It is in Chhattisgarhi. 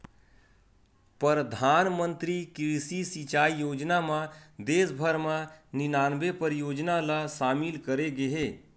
परधानमंतरी कृषि सिंचई योजना म देस भर म निनानबे परियोजना ल सामिल करे गे हे